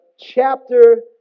chapter